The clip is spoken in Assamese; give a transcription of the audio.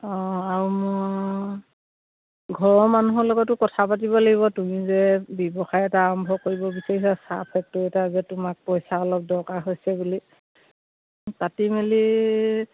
অঁ আৰু মোৰ ঘৰৰ মানুহৰ লগতো কথা পাতিব লাগিব তুমি যে ব্যৱসায় এটা আৰম্ভ কৰিব বিচাৰিছা চাহ ফেক্টৰী এটা যে তোমাক পইচা অলপ দৰকাৰ হৈছে বুলি কাটি মেলি